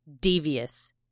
devious